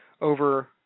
over